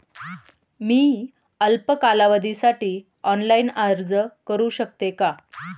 मी अल्प कालावधीसाठी ऑनलाइन अर्ज करू शकते का?